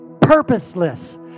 purposeless